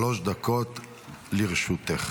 שלוש דקות לרשותך.